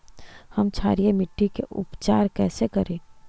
हम क्षारीय मिट्टी के उपचार कैसे करी?